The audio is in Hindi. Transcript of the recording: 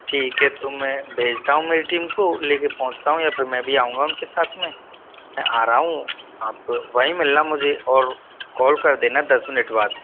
ठीक है तो मैं भेजता हूँ मेरी टीम को लेके पहुँचता हूँ या फिर मैं भी आऊँगा उनके साथ में आ रहा हूँ आप वहीं मिलना मुझे और कॉल कर देना दस मिनट बाद